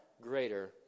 greater